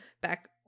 back